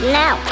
now